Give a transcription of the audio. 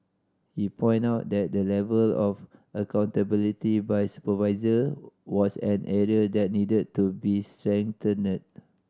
he point out that the level of accountability by supervisor was an area that needed to be strengthened